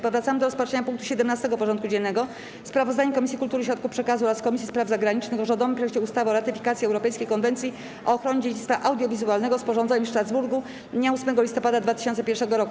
Powracamy do rozpatrzenia punktu 17. porządku dziennego: Sprawozdanie Komisji Kultury i Środków Przekazu oraz Komisji Spraw Zagranicznych o rządowym projekcie ustawy o ratyfikacji Europejskiej Konwencji o ochronie dziedzictwa audiowizualnego, sporządzonej w Strasburgu dnia 8 listopada 2001 r.